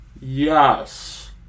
Yes